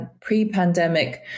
pre-pandemic